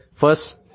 first